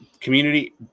Community